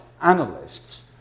analysts